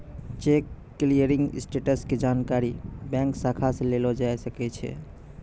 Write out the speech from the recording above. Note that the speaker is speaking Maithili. चेक क्लियरिंग स्टेटस के जानकारी बैंक शाखा से लेलो जाबै सकै छै